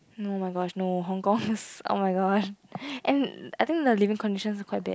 no oh my gosh no Hong-Kong oh my gosh and I think the living conditions quite bad